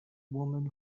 woman